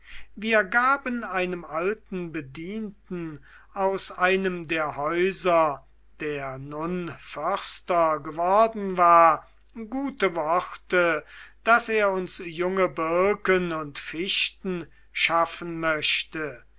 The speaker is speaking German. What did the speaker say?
wir gaben einem alten bedienten aus einem der häuser der nun förster geworden war gute worte daß er uns junge birken und fichten schaffen möchte